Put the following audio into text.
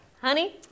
honey